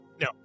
No